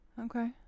Okay